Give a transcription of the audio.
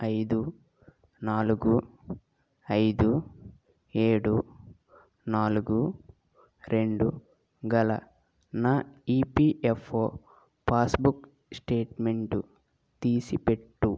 ఐదు నాలుగు ఐదు ఏడు నాలుగు రెండు గల నా ఈపిఎఫ్ఓ పాస్బుక్ స్టేట్మెంటు తీసిపెట్టు